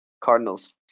Cardinals